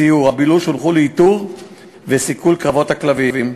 הסיור והבילוש הונחו לאיתור ולסיכול קרבות הכלבים.